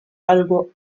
algo